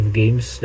games